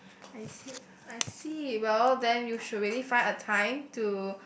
like you said I see well then you should really find a time to